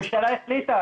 הממשלה החליטה.